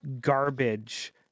garbage